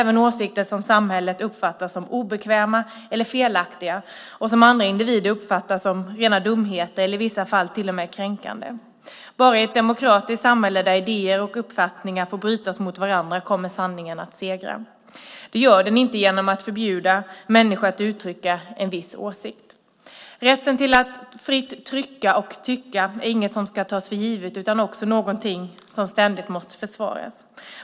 Det gäller även åsikter som samhället uppfattar som obekväma eller felaktiga och som andra individer uppfattar som rena dumheter eller i vissa fall till och med kränkande. Bara i ett demokratiskt samhälle där idéer och uppfattningar får brytas mot varandra kommer sanningen att segra. Det gör den inte genom att man förbjuder människor att uttrycka en viss åsikt. Rätten till att fritt trycka och tycka är inget som ska tas för givet utan någonting som ständigt måste försvaras.